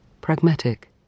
pragmatic